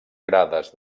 grades